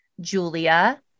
Julia